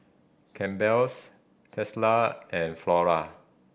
Campbell's Tesla and Flora